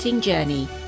journey